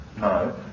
No